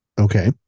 Okay